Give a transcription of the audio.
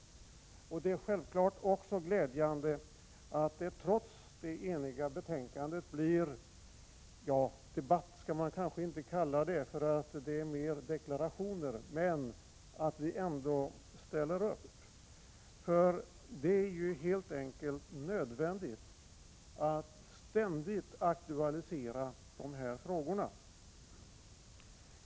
Även om det här kanske inte blivit en debatt utan mera av deklarationer, är det självfallet också glädjande att man trots det eniga betänkandet tar upp de här frågorna. Det är nödvändigt att ständigt aktualisera dessa.